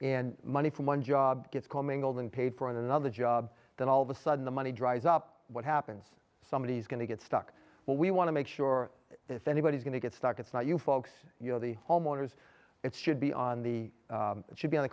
in money from one job gets commingled and paid for another job then all of a sudden the money dries up what happens somebody's going to get stuck but we want to make sure that if anybody's going to get stuck it's not you folks you know the homeowners it should be on the it should be on